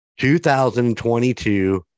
2022